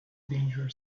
danger